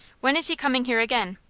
when is he coming here again?